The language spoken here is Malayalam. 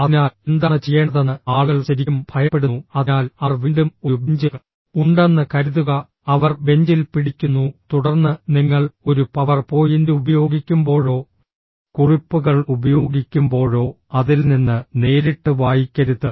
അതിനാൽ എന്താണ് ചെയ്യേണ്ടതെന്ന് ആളുകൾ ശരിക്കും ഭയപ്പെടുന്നു അതിനാൽ അവർ വീണ്ടും ഒരു ബെഞ്ച് ഉണ്ടെന്ന് കരുതുക അവർ ബെഞ്ചിൽ പിടിക്കുന്നു തുടർന്ന് നിങ്ങൾ ഒരു പവർ പോയിന്റ് ഉപയോഗിക്കുമ്പോഴോ കുറിപ്പുകൾ ഉപയോഗിക്കുമ്പോഴോ അതിൽ നിന്ന് നേരിട്ട് വായിക്കരുത്